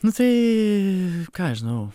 nu tai ką aš žinau